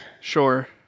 Sure